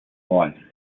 life